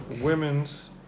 women's